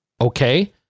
Okay